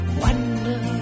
wonder